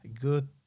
good